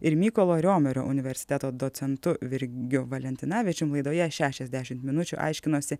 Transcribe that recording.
ir mykolo riomerio universiteto docentu virgiu valentinavičium laidoje šešiasdešim minučių aiškinosi